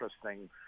interesting